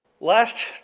Last